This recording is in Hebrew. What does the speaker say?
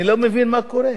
אני לא מבין מה קורה.